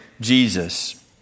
Jesus